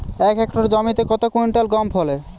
এক হেক্টর জমিতে কত কুইন্টাল গম ফলে?